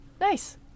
Nice